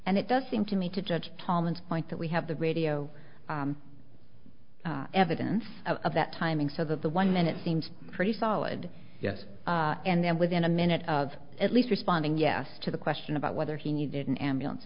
and it does seem to me to judge tom and point that we have the radio evidence of that timing so that the one minute seemed pretty solid yes and then within a minute of at least responding yes to the question about whether he needed an ambulance